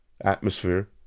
atmosphere